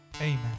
Amen